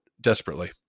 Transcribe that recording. desperately